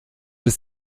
ist